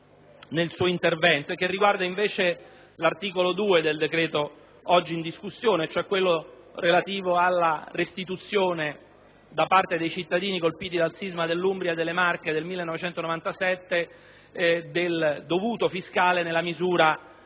nel suo intervento e che riguarda l'articolo 2 del decreto-legge in discussione, cioè quello relativo alla restituzione da parte dei cittadini colpiti dal sisma dell'Umbria e delle Marche del 1997 del dovuto fiscale nella misura